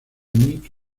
nick